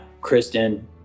Kristen